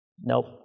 Nope